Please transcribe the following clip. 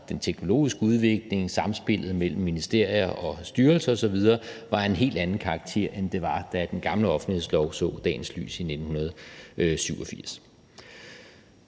Den teknologiske udvikling, samspillet mellem ministerier og styrelser osv. var af en helt anden karakter end det var, da den gamle offentlighedslov så dagens lys i 1987.